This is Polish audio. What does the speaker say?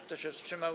Kto się wstrzymał?